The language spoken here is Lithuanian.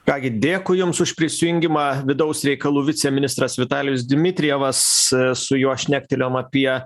ką gi dėkui jums už prisijungimą vidaus reikalų viceministras vitalijus dmitrijevas su juo šnektelėjom apie